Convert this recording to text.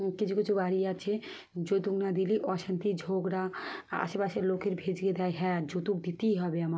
কিছু কিছু বাড়ি আছে যৌতুক না দিলেই অশান্তি ঝগড়া আশেপাশের লোকের ভজিয়ে দেয় হ্যাঁ যৌতুক দিতেই হবে আমার